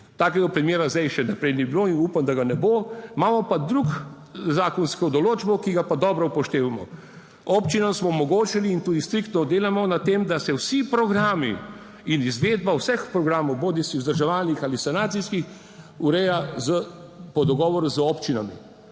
Takega primera zdaj še naprej ni bilo in upam, da ga ne bo, imamo pa drugo zakonsko določbo, ki ga pa dobro upoštevamo, občinam smo omogočili in tudi striktno delamo na tem, da se vsi programi in izvedba vseh programov, bodisi vzdrževalnih ali sanacijskih, ureja po dogovoru z občinami